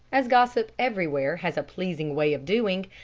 as gossip everywhere has a pleasing way of doing,